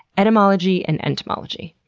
etymology and entomology.